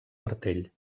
martell